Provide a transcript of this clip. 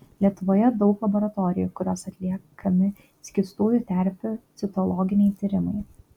lietuvoje daug laboratorijų kuriose atliekami ir skystųjų terpių citologiniai tyrimai